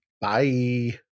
Bye